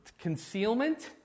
concealment